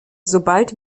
sobald